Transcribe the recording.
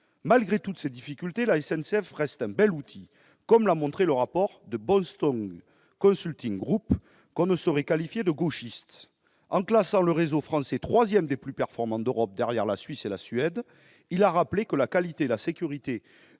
Malgré toutes ces difficultés, la SNCF reste un bel outil, comme l'a montré dans un rapport le Boston Consulting Group, qu'on ne saurait qualifier de gauchiste. En classant le réseau français troisième réseau le plus performant d'Europe derrière ceux de la Suisse et de la Suède, il a rappelé que la qualité et la sécurité